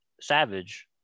savage